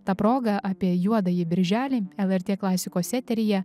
ta proga apie juodąjį birželį lrt klasikos eteryje